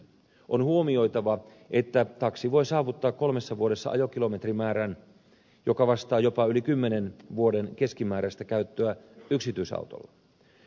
on huomioitava että taksi voi saavuttaa kolmessa vuodessa ajokilometrimäärän joka vastaa jopa yli kymmenen vuoden keskimääräistä käyttöä yksityisautolla